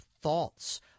thoughts